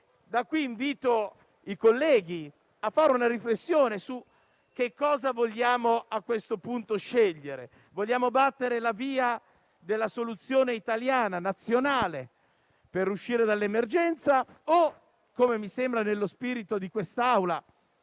Da qui, invito i colleghi a fare una riflessione su che cosa vogliamo scegliere, a questo punto. Vogliamo battere o meno la via della soluzione italiana, nazionale, per uscire dall'emergenza, come mi sembra nello spirito di quest'Assemblea?